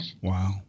Wow